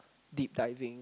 deep diving